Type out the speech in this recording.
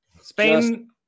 Spain